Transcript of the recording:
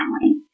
family